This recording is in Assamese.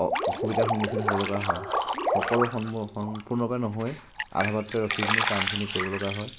অ অসুবিধাৰ সন্মুখীন হ'ব লগা হয় সকলো সম্পূৰ্ণকৈ নহয় আধা বাটতে ৰখি পিনি কামখিনি কৰিব লগা হয়